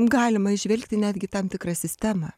galima įžvelgti netgi tam tikrą sistemą